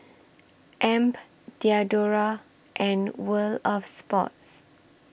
Amp Diadora and World of Sports